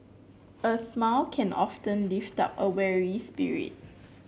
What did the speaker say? a smile can often lift up a weary spirit